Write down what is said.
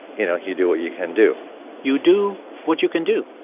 you know, you do what you can do you do what you can do.